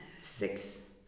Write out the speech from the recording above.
six